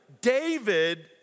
David